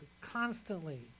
constantly